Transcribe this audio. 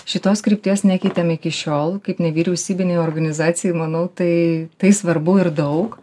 šitos krypties nekeitėm iki šiol kaip nevyriausybinei organizacijai manau tai tai svarbu ir daug